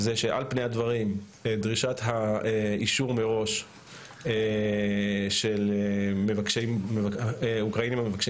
זה שעל פני הדברים דרישת האישור מראש של אוקראינים המבקשים